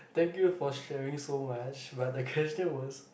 thank you for sharing so much but the question was